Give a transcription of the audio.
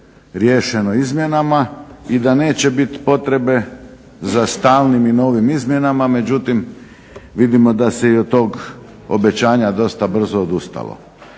riješeno izmjenama i da neće biti potrebe za stalnim i novim izmjenama, međutim vidimo da se i od tog obećanja dosta brzo odustalo.